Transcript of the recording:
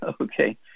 Okay